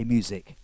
Music